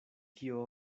kio